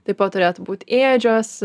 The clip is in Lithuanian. taip pat turėtų būt ėdžios